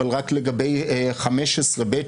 אבל רק לגבי 15ב,